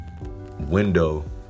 window